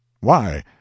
Why